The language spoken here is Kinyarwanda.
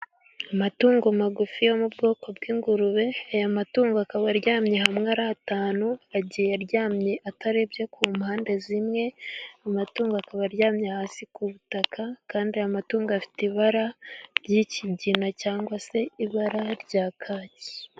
Amatungo magufi yo mu bwoko bw'ingurube. Aya matungo akaba aryamye hamwe ari atanu, agiye aryamye atarebye ku mpande zimwe. Amatungo akaba aryamye hasi ku butaka, kandi aya matungo afite ibara ry'ikigina cyangwa se ibara rya kaki.